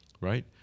right